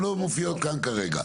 לא מופיעות כאן כרגע.